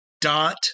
dot